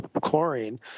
chlorine